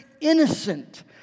innocent